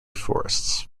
forests